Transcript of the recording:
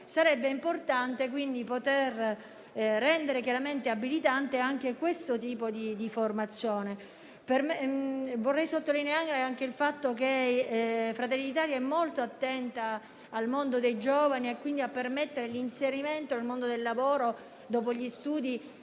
sarebbe importante poter rendere abilitante anche questo tipo di formazione. Vorrei sottolineare anche il fatto che Fratelli d'Italia è molto attenta al mondo dei giovani, quindi a permettere l'inserimento nel mondo del lavoro quasi